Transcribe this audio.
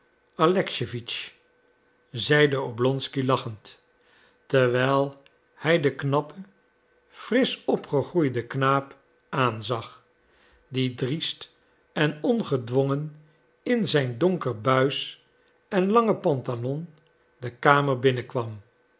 alexejewitsch zeide oblonsky lachend terwijl hij den knappen frisch opgegroeiden knaap aanzag die driest en ongedwongen in zijn donker buis en lange pantalon de kamer binnenkwam